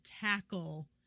tackle